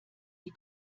die